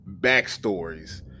backstories